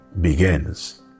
begins